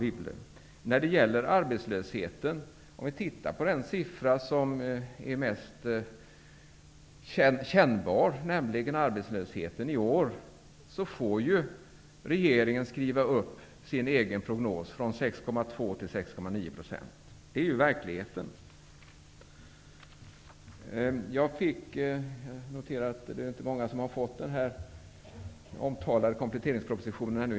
Om vi, när det gäller arbetslösheten, tittar på den siffra som är mest kännbar, nämligen siffran över arbetslösheten i år, får regeringen skriva upp sin egen prognos från 6,2 % till 6,9 %. Detta är verkligheten. Jag noterar att det inte är många som har fått den omtalade kompletteringspropositionen ännu.